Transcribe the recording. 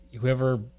whoever